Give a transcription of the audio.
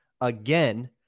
again